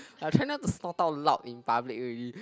I was trying not to snort out loud in public already